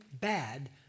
bad